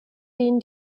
denen